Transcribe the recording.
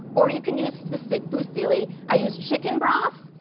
or you can use fusilli, i use chicken broth.